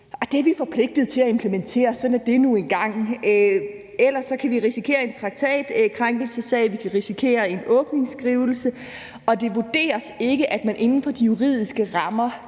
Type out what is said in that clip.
det er vi forpligtet til at implementere. Sådan er det nu engang. Ellers kan vi risikere en traktatkrænkelsessag, vi kan risikere en åbningsskrivelse, og det vurderes ikke, at man inden for de juridiske rammer